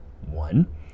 One